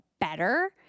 better